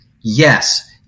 yes